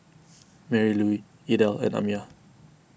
Marylouise Idell and Amiah